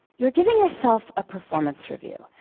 you're giving yourself a performance review,